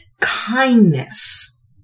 kindness